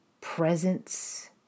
presence